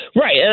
Right